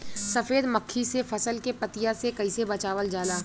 सफेद मक्खी से फसल के पतिया के कइसे बचावल जाला?